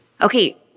Okay